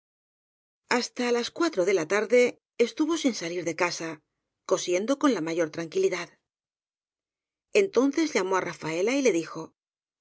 hasta las cuatro de la tarde estuvo sin salii de casa cosiendo con la mayor tranquilidad entonces llamó á rafaela y le dijo